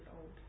old